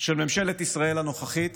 של ממשלת ישראל הנוכחית